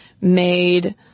made